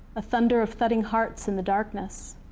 a thunder of thudding hearts in the darkness.